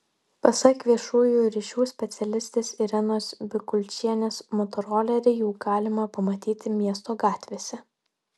pasak viešųjų ryšių specialistės irenos bikulčienės motorolerį jau galima pamatyti miesto gatvėse